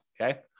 Okay